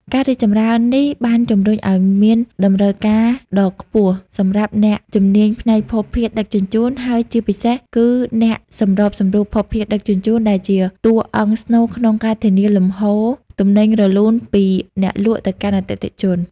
ការរីកចម្រើននេះបានជំរុញឱ្យមានតម្រូវការដ៏ខ្ពស់សម្រាប់អ្នកជំនាញផ្នែកភស្តុភារដឹកជញ្ជូន ហើយជាពិសេសគឺអ្នកសម្របសម្រួលភស្តុភារដឹកជញ្ជូន ដែលជាតួអង្គស្នូលក្នុងការធានាលំហូរទំនិញរលូនពីអ្នកលក់ទៅកាន់អតិថិជន។